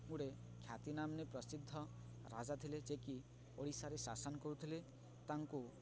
ଗୋଟେ ଖ୍ୟାତି ନାମରେ ପ୍ରସିଦ୍ଧ ରାଜା ଥିଲେ ଯେ କିି ଓଡ଼ିଶାରେ ଶାସନ କରୁଥିଲେ ତାଙ୍କୁ